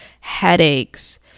headaches